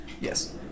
Yes